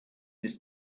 this